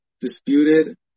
Disputed